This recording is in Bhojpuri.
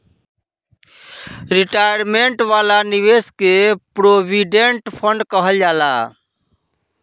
रिटायरमेंट वाला निवेश के प्रोविडेंट फण्ड कहल जाला